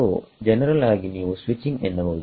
ಸೋಜನರಲ್ ಆಗಿ ನೀವು ಸ್ವಿಚಿಂಗ್ ಎನ್ನಬಹುದು